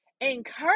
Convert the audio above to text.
encourage